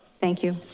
thank you.